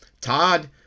Todd